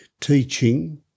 teaching